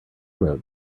wrote